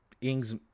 Ings